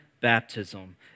baptism